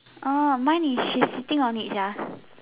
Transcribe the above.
orh mine is she's sitting on it Sia